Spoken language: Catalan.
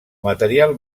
material